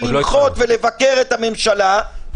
למחות ולבקר את הממשלה,